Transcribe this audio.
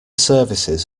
services